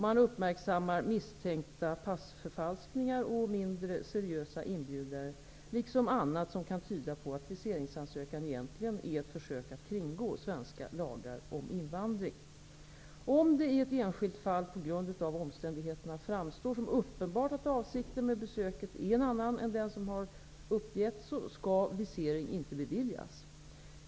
Man uppmärksammar misstänkta passförfalskningar och mindre seriösa inbjudare, liksom annat som kan tyda på att viseringsansökan egentligen är ett försök att kringgå svenska lagar om invandring. Om det i ett enskilt fall på grund av omständigheterna framstår som uppenbart att avsikten med besöket är en annan än den som har uppgetts, skall visering inte beviljas.